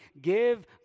Give